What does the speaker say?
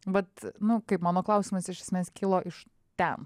vat nu kaip mano klausimas iš esmės kilo iš ten